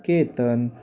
Ketan